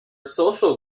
social